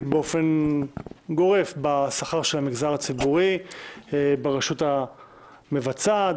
באופן גורף בשכר של המגזר הציבורי ברשות המבצעת,